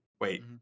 wait